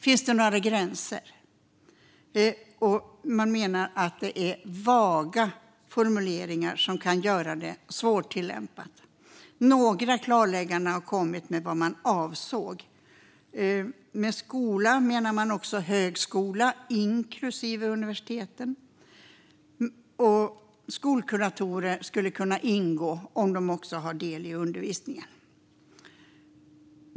Finns det några gränser? Man menar att det är vaga formuleringar som kan göra det svårtillämpat. Några klarlägganden om vad man avsåg har kommit. Med skola menar man också högskola inklusive universiteten, och skolkuratorer skulle kunna ingå om de också har del i undervisningen.